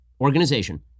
organization